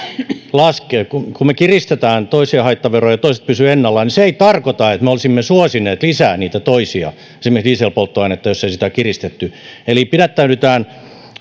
laskee kun kun me kiristämme toisia haittaveroja ja toiset pysyvät ennallaan niin se ei tarkoita että me olisimme suosineet lisää niitä toisia esimerkiksi dieselpolttoainetta jos ei sitä kiristetty eli pidättäydytään